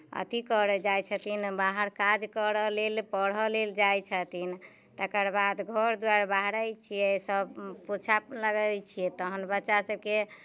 अथी करय जाइत छथिन बाहर काज करय लेल पढ़य लेल जाइ छथिन तकर बाद घर दुआरि बाहरै छियै सभ पोछा लगबै छियै तखन बच्चासभके